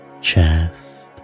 chest